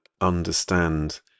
understand